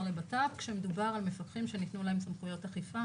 לבט"פ כשמדובר על מפקחים שניתנו להם סמכויות אכיפה